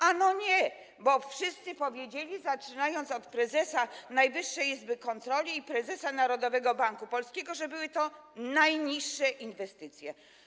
Ano nie, bo wszyscy powiedzieli, zaczynając od prezesa Najwyższej Izby Kontroli i prezesa Narodowego Banku Polskiego, że mieliśmy najniższy poziom inwestycji.